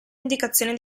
indicazione